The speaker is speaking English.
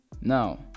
Now